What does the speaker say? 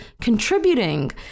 contributing